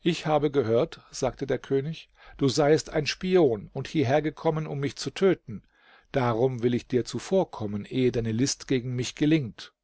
ich habe gehört sagte der könig du seiest ein spion und hierher gekommen um mich zu töten darum will ich dir zuvorkommen ehe deine list gegen mich gelingt